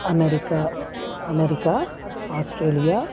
अमेरिक America Australia